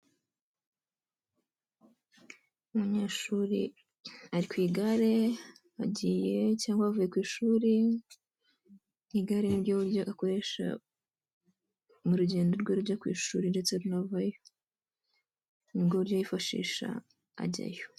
Umunyeshuri ari ku igare, agiye cyangwa avuye ku ishuri, igare ni ryo buryo akoresha mu rugendo rwe rujya ku ishuri ndetse runavayo. Ni bwo buryo yifashisha ajyayo.